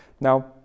Now